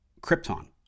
Krypton